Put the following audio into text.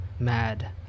mad